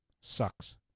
sucks